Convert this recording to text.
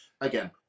again